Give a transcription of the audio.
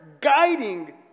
guiding